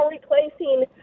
replacing